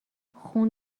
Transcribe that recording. خون